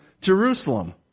Jerusalem